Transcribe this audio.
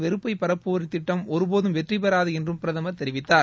வெறுப்பை பரப்புவோரின் திட்டம் ஒருபோதும் வெற்றி பெறாது என்றும் பிரதமர் தெரிவித்தார்